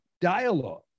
dialogue